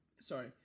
Sorry